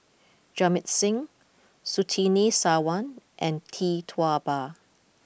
Jamit Singh Surtini Sarwan and Tee Tua Ba